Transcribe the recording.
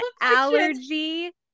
allergy